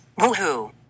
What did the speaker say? Woohoo